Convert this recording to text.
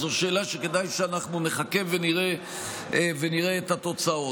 זו שאלה שכדי לענות עליה כדאי שנחכה ונראה את התוצאות.